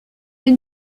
une